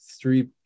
three